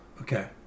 Okay